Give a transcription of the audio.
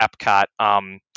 Epcot